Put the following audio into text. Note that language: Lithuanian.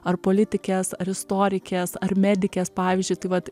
ar politikės ar istorikės ar medikės pavyzdžiui tai vat